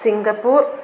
Singapore